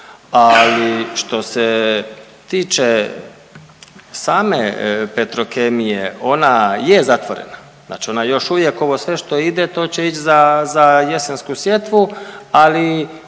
Ali što se tiče same Petrokemije ona je zatvorena, znači ona još uvijek ovo sve što ide to će ić za jesensku sjetvu, ali